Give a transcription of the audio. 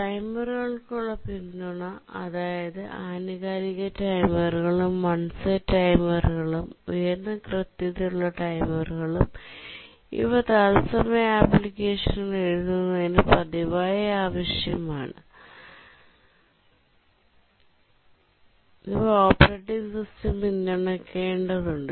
ടൈമറുകൾക്കുള്ള പിന്തുണ അതായത് ആനുകാലിക ടൈമറുകളും വൺ സെറ്റ് ടൈമറുകളും ഉയർന്ന കൃത്യതയുള്ള ടൈമറുകളും ഇവ തത്സമയ അപ്ലിക്കേഷനുകൾ എഴുതുന്നതിന് പതിവായി ആവശ്യമാണ് ഇവ ഓപ്പറേറ്റിംഗ് സിസ്റ്റം പിന്തുണയ്ക്കേണ്ടതുണ്ട്